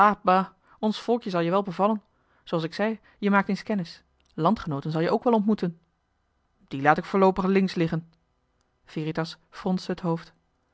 ons volkje zal je wel bevallen zooals ik zei je maakt eens kennis landgenooten zal je ook wel ontmoeten die laat ik voorloopig links liggen veritas fronste het hoofd